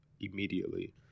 immediately